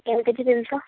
KG ତିନି ଶହ